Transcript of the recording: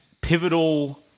pivotal